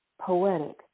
Poetic